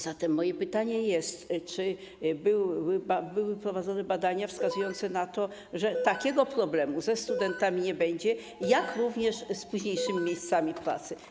Zatem moje pytanie dotyczy tego, czy były prowadzone badania wskazujące na to, że takiego problemu ze studentami nie będzie, jak również z późniejszymi miejscami pracy.